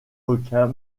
requin